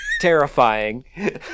terrifying